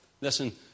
Listen